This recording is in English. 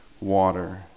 water